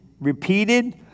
Repeated